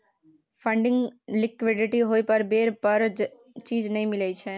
funding liquidity होइ पर बेर पर चीज नइ मिलइ छइ